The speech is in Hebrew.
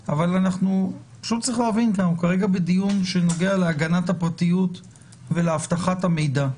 חשוב להבין שאנחנו כרגע בדיון שנוגע להגנת הפרטיות ולאבטחת המידע.